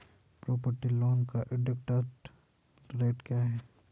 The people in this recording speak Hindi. प्रॉपर्टी लोंन का इंट्रेस्ट रेट क्या है?